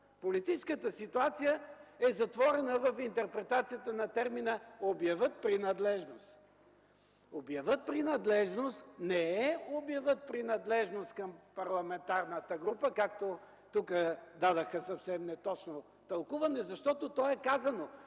Политическата ситуация е затворена в интерпретацията на термина „обявят принадлежност”. „Обявят принадлежност” не е „обявят принадлежност към парламентарната група”, както тук дадоха съвсем неточно тълкуване, защото е казано: